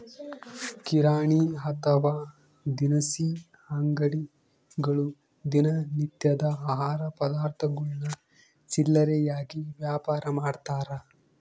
ಕಿರಾಣಿ ಅಥವಾ ದಿನಸಿ ಅಂಗಡಿಗಳು ದಿನ ನಿತ್ಯದ ಆಹಾರ ಪದಾರ್ಥಗುಳ್ನ ಚಿಲ್ಲರೆಯಾಗಿ ವ್ಯಾಪಾರಮಾಡ್ತಾರ